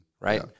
Right